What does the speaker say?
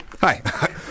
Hi